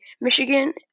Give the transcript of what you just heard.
Michigan